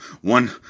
one